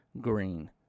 green